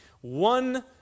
One